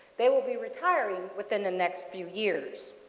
they will be retiring within the next few years.